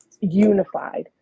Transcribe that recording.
unified